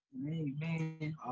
amen